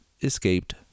escaped